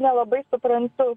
nelabai suprantu